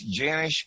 Janish